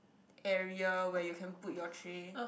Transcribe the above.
area where you can put your tray